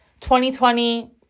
2020